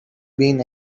been